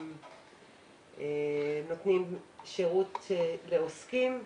נותנים שירות לעוסקים.